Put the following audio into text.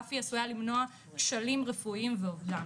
ואף היא עשויה למנוע כשלים רפואיים ואובדן.